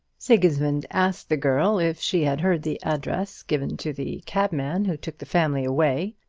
sigismund asked the girl if she had heard the address given to the cabman who took the family away.